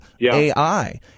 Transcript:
AI